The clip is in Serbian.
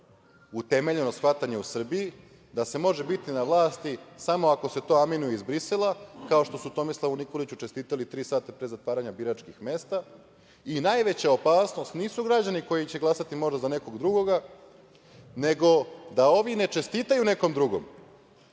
utemeljeno shvatanje u Srbiji, da se može biti na vlasti samo ako se to aminuje iz Brisela, kao što su Tomislavu Nikoliću čestitali tri sata pre zatvaranja biračkih mesta i najveća opasnost nisu građani koji će glasati možda za nekog drugoga, nego da ovi ne čestitaju nekom drugom.